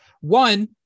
One